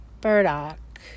burdock